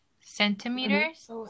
centimeters